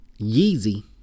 Yeezy